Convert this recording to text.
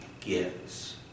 gives